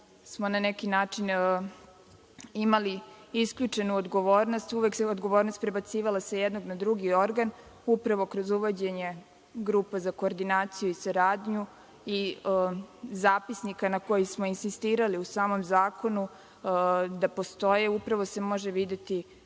smo na neki način imali isključenu odgovornost. Uvek se odgovornost prebacivala sa jednog na drugi organ. Upravo kroz uvođenje grupa za koordinaciju i saradnju i zapisnika na koji smo insistirali u samom zakonu da postoje. Upravo se može videti